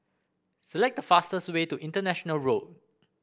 select the fastest way to International Road